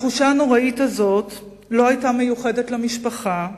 התחושה הנוראה הזאת לא היתה מיוחדת למשפחה,